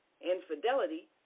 infidelity